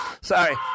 sorry